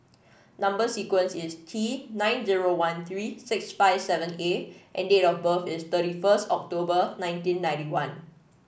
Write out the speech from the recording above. number sequence is T nine zero one three six five seven A and date of birth is thirty first October nineteen ninety one